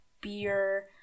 beer